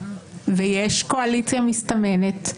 ויש קואליציה מסתמנת,